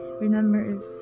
Remember